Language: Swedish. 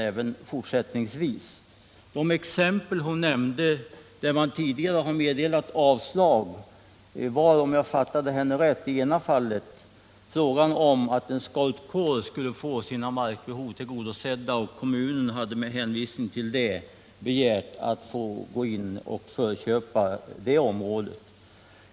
De exempel som bostadsministern tog upp, där man tidigare meddelat avslag, gällde om jag förstått henne rätt i ena fallet en scoutkår som skulle få sina markbehov tillgodosedda. Med hänvisning till det hade kommunen begärt att få gå in och förköpa det området.